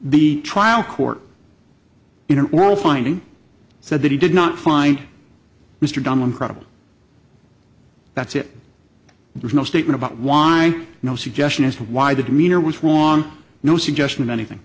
the trial court in a whirl finding said that he did not find mr dunn credible that's it there's no statement about why no suggestion as to why the demeanor was wrong no suggestion of anything